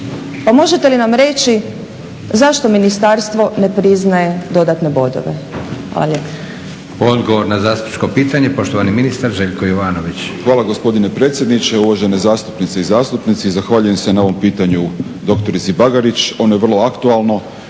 možete li nam reći zašto ministarstvo ne priznaje dodatne bodove?